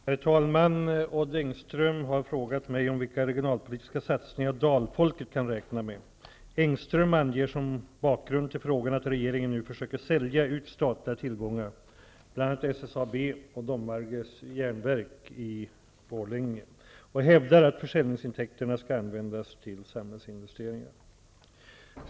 Herr talman! Odd Engström har frågat mig vilka regionalpolitiska satsningar som Dalfolket kan räkna med. Frågeställaren anger som bakgrund till frågan att regeringen nu försöker sälja ut statliga tillgångar, bl.a. SSAB och Domnarvets Jernverk i Borlänge. Han hävdar att försäljningsintäkterna skall användas till samhällsinvesteringar.